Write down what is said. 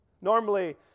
Normally